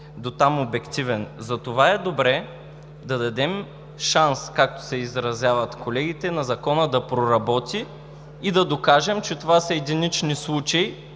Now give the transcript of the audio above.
дотам обективен. Затова е добре да дадем шанс, както се изразяват колегите, на Закона да проработи и да докажем, че това са единични случаи.